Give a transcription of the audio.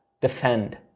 defend